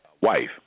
Wife